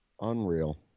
unreal